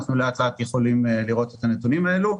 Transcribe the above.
אנחנו לאט לאט יכולים לראות את הנתונים האלה.